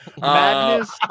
Madness